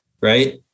Right